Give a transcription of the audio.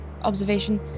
observation